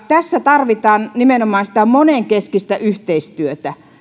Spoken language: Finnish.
tässä tarvitaan nimenomaan monenkeskistä yhteistyötä